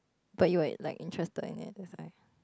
but you were like interested in it that's why